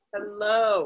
Hello